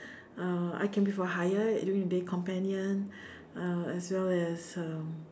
uh I can be for hire during the day companion uh as well as um